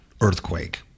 earthquake